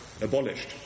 abolished